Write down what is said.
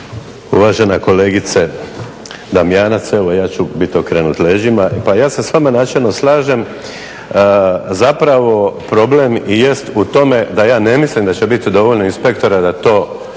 Uvažena kolegice Damjanac, evo ja ću biti okrenut leđima. Pa ja se s vama načelno slažem. Zapravo problem i jest u tome da ja ne mislim da će biti dovoljno inspektora da to